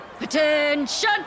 Attention